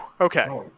okay